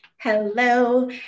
Hello